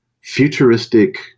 futuristic